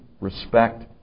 respect